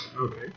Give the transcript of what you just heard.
Okay